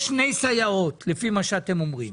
יש שתי סייעות לפי מה שאתם אומרים.